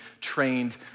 trained